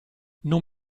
non